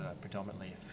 predominantly